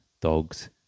Dogs